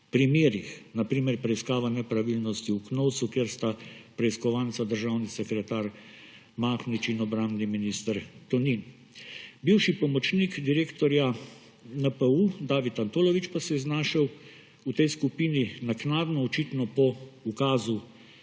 primerih, na primer preiskava nepravilnosti v Knovsu, kjer sta preiskovanca državni sekretar Mahnič in obrambni minister Tonin. Bivši pomočnik direktorja NPU David Antolović pa se je znašel v tej skupini naknadno, očitno po ukazu